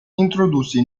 introdusse